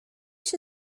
się